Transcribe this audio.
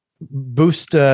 boost